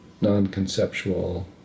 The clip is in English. non-conceptual